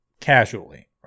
casually